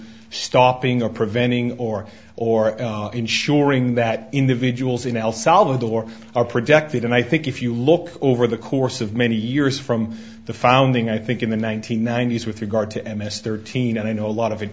stopping or preventing or or ensuring that individuals in el salvador are protected and i think if you look over the course of many years from the founding i think in the one nine hundred ninety s with regard to m s thirteen and i know a lot of it